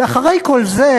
ואחרי כל זה